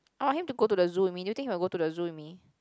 I want him to go to the zoo with me do you think he will go to the zoo with me